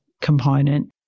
component